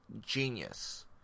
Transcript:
genius